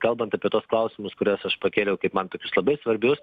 kalbant apie tuos klausimus kuriuos aš pakėliau kaip man tokius labai svarbius